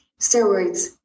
steroids